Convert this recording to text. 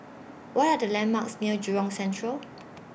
What Are The landmarks near Jurong Central